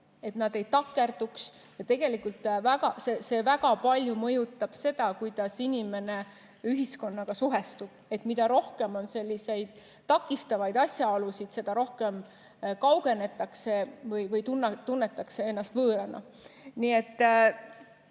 nad ei takerduks kuskil. Tegelikult see väga palju mõjutab seda, kuidas inimene ühiskonnaga suhestub. Mida rohkem on takistavaid asjaolusid, seda rohkem kaugenetakse või tunnetatakse ennast võõrana.